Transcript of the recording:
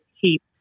keep